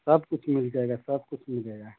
सब कुछ मिल जाएगा सब कुछ मिलेगा